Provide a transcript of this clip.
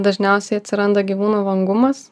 dažniausiai atsiranda gyvūno vangumas